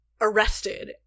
arrested